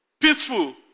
peaceful